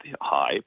high